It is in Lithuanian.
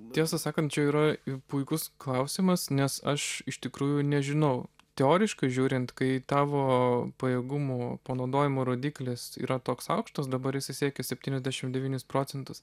tiesą sakant čia yra puikus klausimas nes aš iš tikrųjų nežinau teoriškai žiūrint kai tavo pajėgumų panaudojimo rodiklis yra toks aukštas dabar jis siekia septyniasdešimt devynis procentus